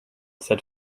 said